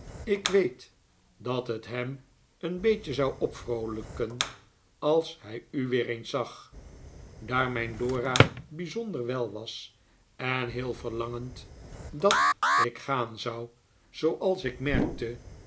ik weet dat het hem een beetje zou opvroolijken als hij u weer eens zag daar mijn dora bijzonder wel was en heel verlangend dat ik gaan zou zooals ik merkte